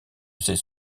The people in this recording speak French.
ces